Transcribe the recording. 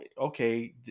okay